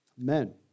amen